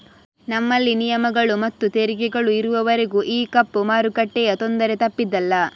ನಮ್ಮಲ್ಲಿ ನಿಯಮಗಳು ಮತ್ತು ತೆರಿಗೆಗಳು ಇರುವವರೆಗೂ ಈ ಕಪ್ಪು ಮಾರುಕಟ್ಟೆಯ ತೊಂದರೆ ತಪ್ಪಿದ್ದಲ್ಲ